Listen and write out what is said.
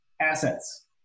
assets